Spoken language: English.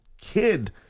kid